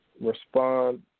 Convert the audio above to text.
respond